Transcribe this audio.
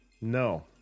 no